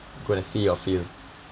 gonna see or feel